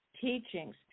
teachings